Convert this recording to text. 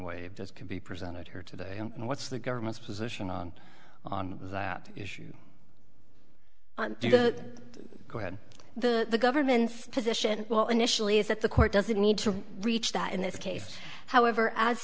waived as can be presented here today and what's the government's position on that issue go ahead the government's position well initially is that the court doesn't need to reach that in this case however a